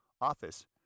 office